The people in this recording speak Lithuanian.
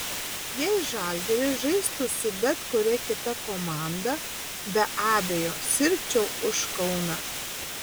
jei žalgiris žaistų su bet kuria kita komanda be abejo sirgčiau už kauną